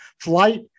flight